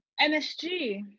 NSG